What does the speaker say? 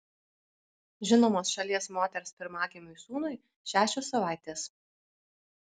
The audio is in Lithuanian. žinomos šalies moters pirmagimiui sūnui šešios savaitės